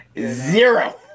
zero